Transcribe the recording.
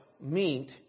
meet